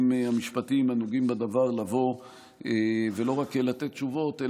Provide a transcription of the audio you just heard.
המשפטיים הנוגעים בדבר לבוא ולא רק לתת תשובות,